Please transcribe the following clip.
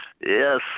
Yes